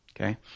Okay